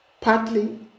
Partly